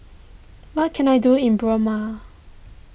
what can I do in Burma